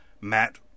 Matt